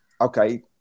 okay